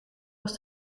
was